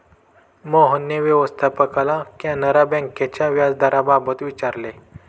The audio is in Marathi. मोहनने व्यवस्थापकाला कॅनरा बँकेच्या व्याजदराबाबत विचारले